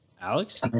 Alex